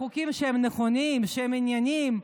בחוקים שהם נכונים, שהם ענייניים.